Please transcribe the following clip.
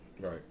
right